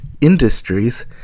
Industries